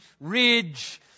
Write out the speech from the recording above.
ridge